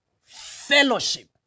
Fellowship